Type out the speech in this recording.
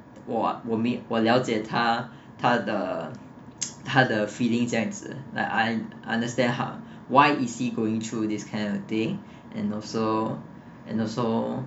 我 ah 我了解他他的 (ppo） 他的 feeling 这样子 like I und～ understand why is he going through this kind of thing and also and also